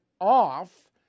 off